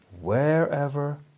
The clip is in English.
wherever